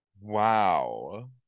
Wow